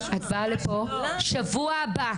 את באה לפה בשבוע הבא.